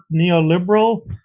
neoliberal